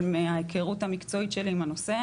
אבל בהכרות המקצועית שלי עם הנושא,